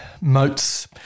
Moats